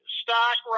stock